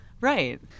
Right